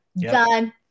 done